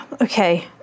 Okay